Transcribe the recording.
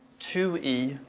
two e,